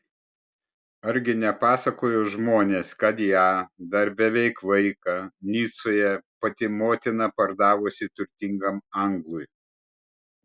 argi nepasakojo žmonės kad ją dar beveik vaiką nicoje pati motina pardavusi turtingam anglui